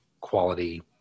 quality